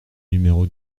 numéro